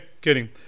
kidding